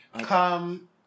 Come